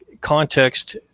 context